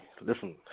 listen